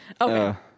Okay